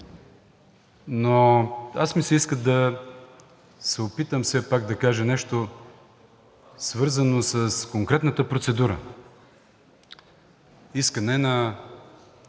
на мен ми се иска да се опитам все пак да кажа нещо, свързано с конкретната процедура – искане на